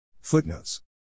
Footnotes